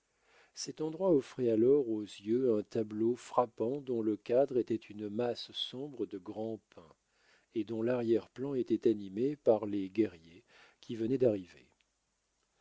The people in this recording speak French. cet endroit offrait alors aux yeux un tableau frappant dont le cadre était une masse sombre de grands pins et dont l'arrière-plan était animé par les guerriers qui venaient d'arriver